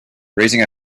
raising